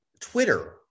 Twitter